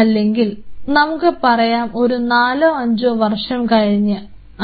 അല്ലെങ്കിൽ നമുക്ക് പറയാം ഒരു നാലോ അഞ്ചോ വർഷം കഴിഞ്ഞ്